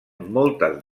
moltes